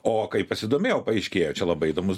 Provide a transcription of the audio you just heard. o kai pasidomėjau paaiškėjo čia labai įdomus